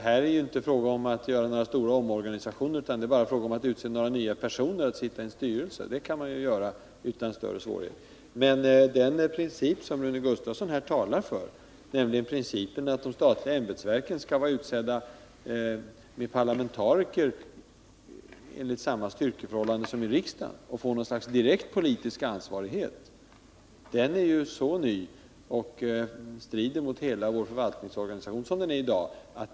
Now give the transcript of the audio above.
Här är det inte fråga om att göra några stora omorganisationer, utan bara om att utse några nya personer att sitta i en styrelse. Det kan man göra utan större svårigheter. Men den princip som Rune Gustavsson talar för, nämligen principen att de statliga ämbetsverkens styrelser skall ha parlamentarisk representation enligt samma styrkeförhållande som i riksdagen, och få något slags direkt politisk ansvarighet, är ny och strider mot hela vår förvaltningsorganisation.